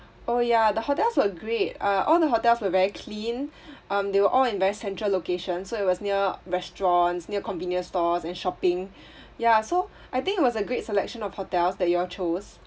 oh yeah the hotels were great uh all the hotels were very clean um they were all in very central location so it was near restaurants near convenience stores and shopping yeah so I think it was a great selection of hotels that you all chose